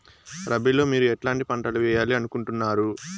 రబిలో మీరు ఎట్లాంటి పంటలు వేయాలి అనుకుంటున్నారు?